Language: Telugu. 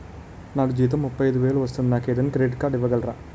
నాకు జీతం ముప్పై ఐదు వేలు వస్తుంది నాకు ఏదైనా క్రెడిట్ కార్డ్ ఇవ్వగలరా?